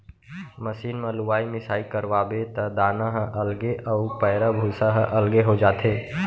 machine म लुवाई मिसाई करवाबे त दाना ह अलगे अउ पैरा भूसा ह अलगे हो जाथे